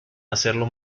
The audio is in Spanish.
hacerlo